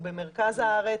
הוא במרכז הארץ,